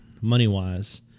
money-wise